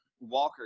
Walker